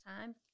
time